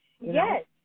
Yes